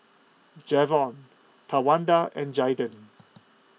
Javon Tawanda and Jaiden